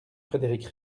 frédéric